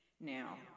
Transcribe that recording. Now